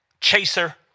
Chaser